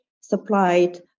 supplied